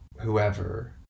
whoever